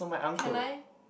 can I